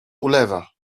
ulewa